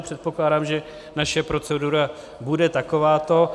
Předpokládám, že naše procedura bude takováto.